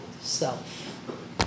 self